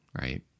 right